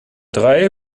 drei